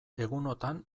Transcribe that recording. egunotan